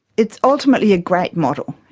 it's ultimately a great model,